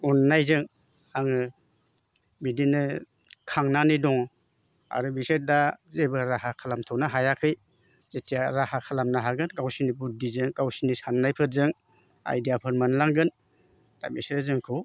अन्नायजों आङो बिदिनो खांनानै दङ आरो बिसोर दा जेबो राहा खालामथ'नो हायाखै जेथिया राहा खालामनो हागोन गावसोदनि बुध्धिजों गावसोनि सान्नायफोरजों आइदियाफोर मोनलांगोन दा बिसोरो जोंखौ